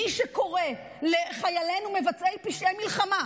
מי שקורא לחיילינו מבצעי פשעי מלחמה,